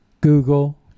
Google